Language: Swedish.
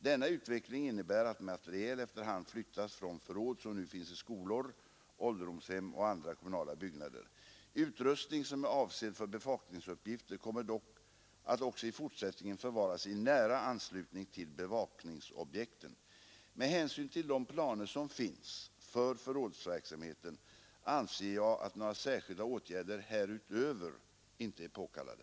Denna utveckling innebär att materiel efter hand flyttas från förråd som nu finns i skolor, ålderdomshem och andra kommunala byggnader. Utrustning som är avsedd för bevakningsuppgifter kommer dock att också i fortsättningen förvaras i nära anslutning till bevakningsobjekten. Med hänsyn till de planer som finns för förrådsverksamheten anser jag att några särskilda åtgärder härutöver inte är påkallade.